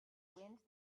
wind